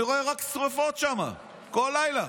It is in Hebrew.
אני רואה רק שרפות שם כל לילה.